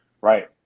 Right